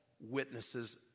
witnesses